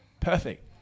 Perfect